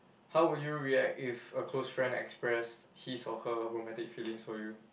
how would you react if a close friend express his or her romantic feelings for you